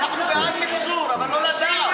אנחנו בעד מחזור, אבל לא לדעת.